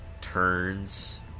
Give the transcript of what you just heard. turns